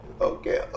okay